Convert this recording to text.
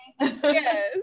yes